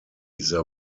there